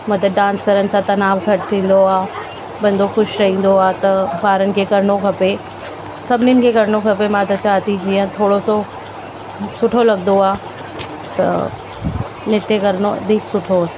मतिलब डांस करण सां तनाव घटि थींदो आहे बंदो ख़ुशि रहंदो आहे त ॿारनि खे करिणो खपे सभिनीनि खे करिणो खपे मां त चआ थी जीअं थोरो सो सुठो लगंदो आहे त नृत्य करिणो अधिक सुठो